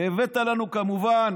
והבאת לנו כמובן